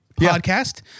podcast